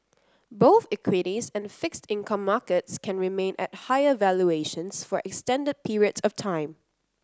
both equities and fixed income markets can remain at higher valuations for extended periods of time